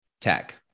tech